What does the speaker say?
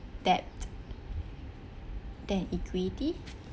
debt than equity